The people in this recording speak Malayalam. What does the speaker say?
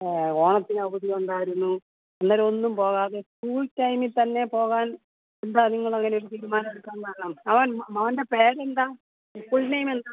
ഓണത്തിന് അവധിയുണ്ടായിരുന്നു അന്നേരം ഒന്നും പോകാതെ സ്കൂൾ ടൈമിൽ തന്നെ പോകാൻ എന്താ നിങ്ങള് അങ്ങനെയൊരു തീരുമാനം എടുക്കാൻ കാരണം മകൻ മകൻ്റെ പേരെന്താ ഫുൾ നേയ്മെന്താ